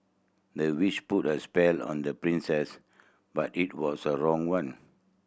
the witch put a spell on the princess but it was the wrong one